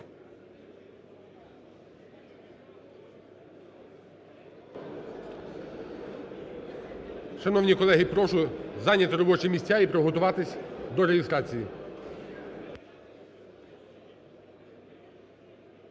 Шановні колеги, прошу зайняти робочі місця і приготуватись до реєстрації.